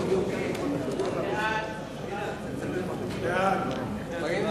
סעיף 1